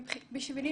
בשבילי,